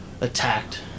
attacked